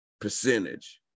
percentage